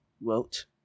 Wilt